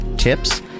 tips